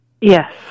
yes